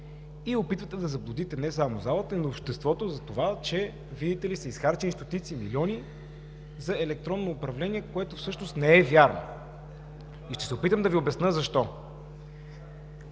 и опитвате да заблудите не само залата, но и обществото за това, че са изхарчени стотици милиони за електронно управление, което всъщност не е вярно. Ще се опитам да Ви обясня защо.